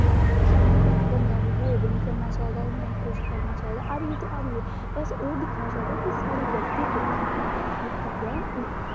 कुसै कन्नै गंदा बिहेव निं करना चाहिदा ते नेईं किश करना चाहिदा हारी गे ते हारी गे बस ओह् दिक्खना चाहिदा कि साढ़ी गल्ती कुत्थै ऐ और अग्गें